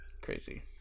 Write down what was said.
crazy